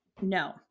No